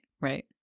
right